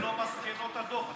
אלה לא מסקנות הדוח.